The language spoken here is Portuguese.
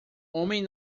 homem